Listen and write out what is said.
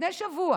לפני שבוע